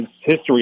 history